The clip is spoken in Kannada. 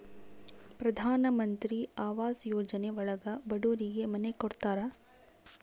ಪ್ರಧನಮಂತ್ರಿ ಆವಾಸ್ ಯೋಜನೆ ಒಳಗ ಬಡೂರಿಗೆ ಮನೆ ಕೊಡ್ತಾರ